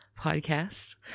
podcast